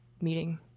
meeting